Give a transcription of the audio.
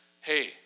hey